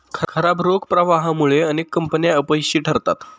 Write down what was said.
खराब रोख प्रवाहामुळे अनेक कंपन्या अपयशी ठरतात